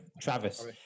travis